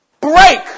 break